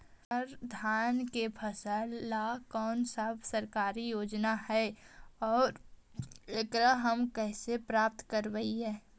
हमर धान के फ़सल ला कौन सा सरकारी योजना हई और एकरा हम कैसे प्राप्त करबई?